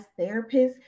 therapists